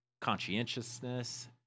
conscientiousness